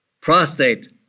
prostate